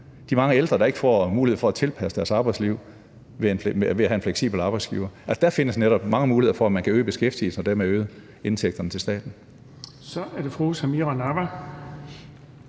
de mange ældre, der ikke får mulighed for at tilpasse deres arbejdsliv ved at have en fleksibel arbejdsgiver. Der findes mange muligheder for, at man kan øge beskæftigelsen og dermed øge indtægterne til staten.